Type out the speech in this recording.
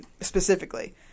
specifically